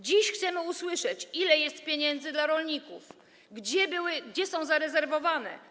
Dziś chcemy usłyszeć, ile jest pieniędzy dla rolników, gdzie były, gdzie są zarezerwowane.